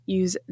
use